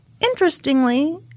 Interestingly